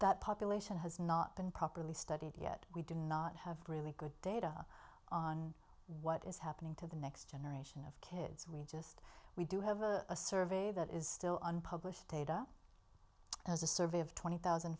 that population has not been properly studied yet we do not have really good data on what is happening to the next generation of kids we just we do have a survey that is still unpublished data as a survey of twenty thousand